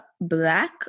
black